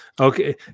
Okay